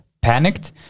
panicked